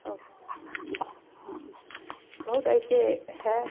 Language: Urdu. اور بہت ایسے ہے